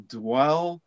dwell